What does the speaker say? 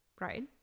right